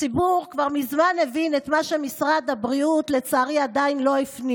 הציבור כבר מזמן הבין את מה שמשרד הבריאות לצערי עדיין לא הפנים: